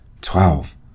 Twelve